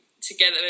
together